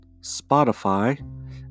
Spotify